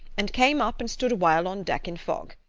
and came up and stood awhile on deck in fog.